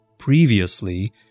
Previously